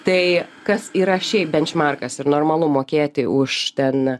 tai kas yra šiaip benčmarkas ir normalu mokėti už ten